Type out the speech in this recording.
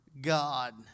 God